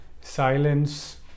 silence